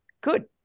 good